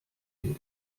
rede